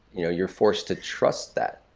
you know you're forced to trust that.